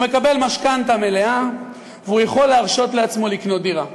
הוא מקבל משכנתה מלאה והוא יכול להרשות לעצמו לקנות דירה.